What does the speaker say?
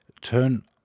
turn